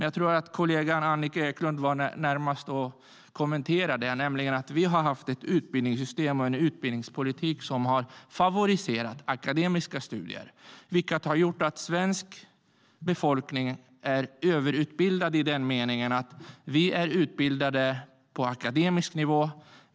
Jag tror att kollegan Annica Eclund kommenterade den. Vi har nämligen haft ett utbildningssystem och en utbildningspolitik som har favoriserat akademiska studier, vilket har gjort att svensk befolkning är överutbildad i den meningen att vi är utbildade på akademisk nivå.